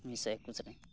ᱩᱱᱤᱥᱥᱚ ᱮᱠᱩᱥ ᱨᱮ